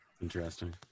Interesting